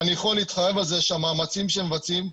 ואני יכול להתחייב על זה שהמאמצים שהם מבצעים,